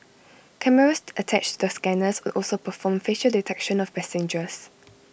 cameras attached to the scanners would also perform facial detection of passengers